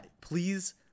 please